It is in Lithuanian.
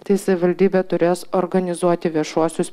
tai savivaldybė turės organizuoti viešuosius